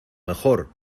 mejor